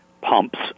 pumps